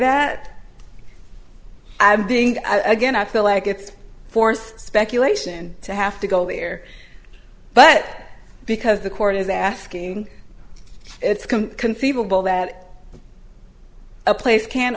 that i'm being again i feel like it's forced speculation to have to go there but because the court is asking it's come conceivable that a place can